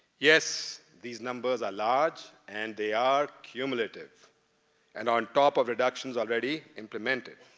yes, these numbers are large and they are cumulative and on top of reductions already implemented.